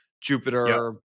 Jupiter